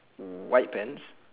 white pants